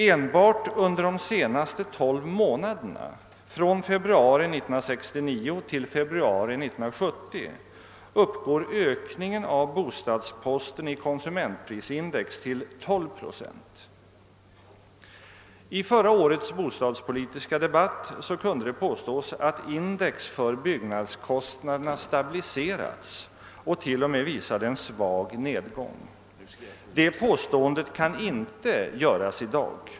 Enbart under de senaste tolv månaderna — från februari 1969 till februari 1970 — uppgår ökningen av bostadsposten i konsumentprisindex till 12 procent. I förra årets bostadspolitiska debatt kunde det påstås att index för byggnadskostnaderna stabiliserats och t.o.m. visade en svag nedgång. Det påståendet kan inte göras i dag.